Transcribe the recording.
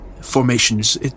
formations